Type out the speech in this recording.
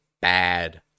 bad